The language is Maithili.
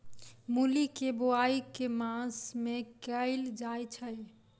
मूली केँ बोआई केँ मास मे कैल जाएँ छैय?